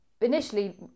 initially